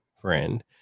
friend